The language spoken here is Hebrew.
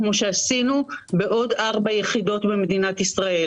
כמו שעשינו בעוד 4 יחידות במדינת ישראל